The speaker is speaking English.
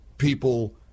People